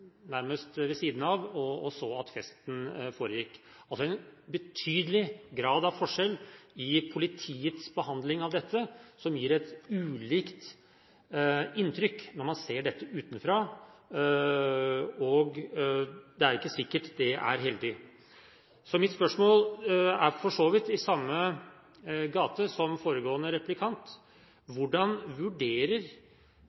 nærmest ved siden av og så at festen foregikk. Det var altså en betydelig grad av forskjell i politiets behandling av dette, noe som gir et ulikt inntrykk når man ser dette utenfra. Det er ikke sikkert det er heldig. Så mitt spørsmål er for så vidt i samme gate som spørsmålet til foregående replikant: